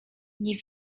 nie